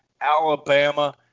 Alabama